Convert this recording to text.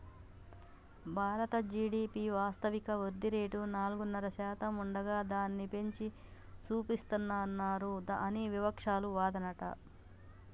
భారత జి.డి.పి వాస్తవిక వృద్ధిరేటు నాలుగున్నర శాతం ఉండగా దానిని పెంచి చూపిస్తానన్నారు అని వివక్షాలు వాదనట